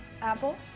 apple